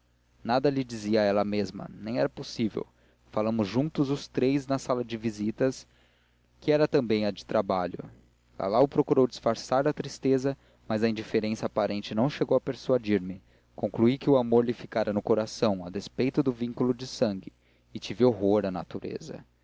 nada lhe disse a ela mesma nem era possível falamos juntos os três na sala de visitas que era também a de trabalho lalau procurou disfarçar a tristeza mas a indiferença aparente não chegou a persuadir-me concluí que o amor lhe ficara no coração a despeito do vínculo de sangue e tive horror à natureza